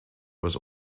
was